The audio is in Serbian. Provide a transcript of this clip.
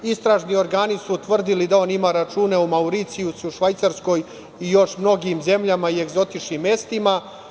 Istražni organi su utvrdili da on ima račune na Mauricijusu, u Švajcarskoj i još mnogim zemljama i egzotičnim mestima.